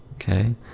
Okay